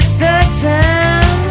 searching